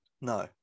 No